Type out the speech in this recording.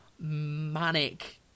manic